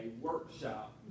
workshop